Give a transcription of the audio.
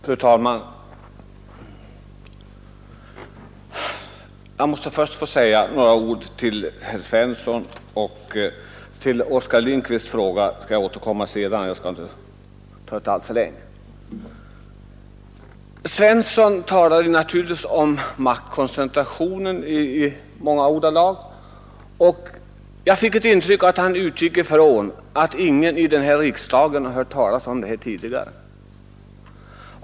Fru talman! Jag måste först få säga några ord till herr Svensson i Malmö — till Oskar Lindkvists fråga skall jag återkomma senare. Herr Svensson talade naturligtvis vitt och brett om maktkoncentrationen. Jag fick ett intryck av att han utgick ifrån att ingen i riksdagen tidigare har hört talas om detta.